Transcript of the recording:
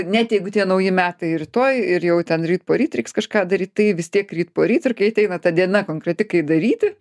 net jeigu tie nauji metai rytoj ir jau ten ryt poryt reiks kažką daryt tai vis tiek ryt poryt ir kai ateina ta diena konkreti kai daryti